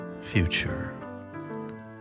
future